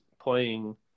playing